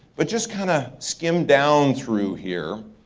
but just kinda skim down through here,